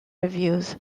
reviews